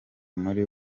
muri